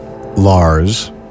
Lars